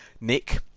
Nick